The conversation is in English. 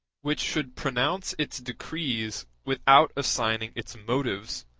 which should pronounce its decrees without assigning its motives,